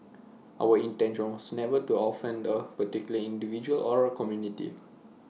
our intention was never to offend A particular individual or A community